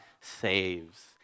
saves